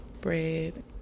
bread